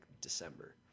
December